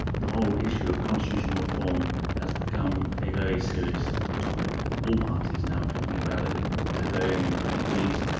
the whole issue of constitutional reform has become a very serious topic, all parties now are talking about it to varying degrees.